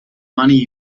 money